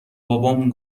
بابام